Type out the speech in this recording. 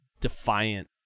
defiant